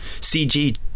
CG